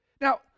Now